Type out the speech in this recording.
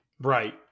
Right